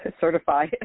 certify